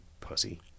pussy